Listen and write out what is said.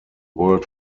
world